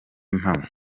impamo